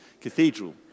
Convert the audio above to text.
cathedral